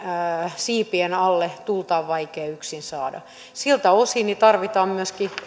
siipien alle tuulta on vaikea yksin saada siltä osin tarvitaan myöskin